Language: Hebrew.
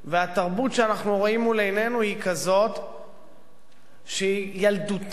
והתרבות שאנחנו רואים מול עינינו היא כזאת שהיא ילדותית,